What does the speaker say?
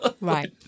Right